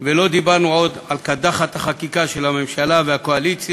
ולא דיברנו עוד על קדחת החקיקה של הממשלה והקואליציה,